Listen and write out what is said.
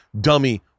dummy